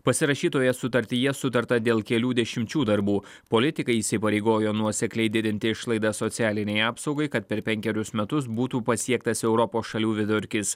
pasirašytoje sutartyje sutarta dėl kelių dešimčių darbų politikai įsipareigojo nuosekliai didinti išlaidas socialinei apsaugai kad per penkerius metus būtų pasiektas europos šalių vidurkis